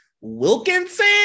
Wilkinson